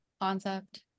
concept